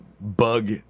bug